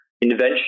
invention